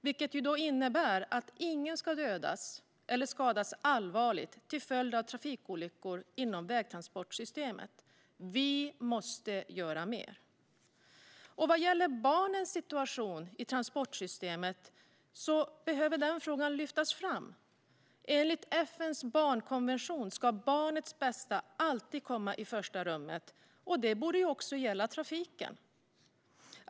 Den innebär att ingen ska dödas eller skadas allvarligt till följd av trafikolyckor inom vägtransportsystemet. Vi måste göra mer. Vad gäller barnens situation i transportsystemet är det en fråga som behöver lyftas fram. Enligt FN:s barnkonvention ska barnets bästa alltid komma i första rummet, och det borde även gälla trafiken.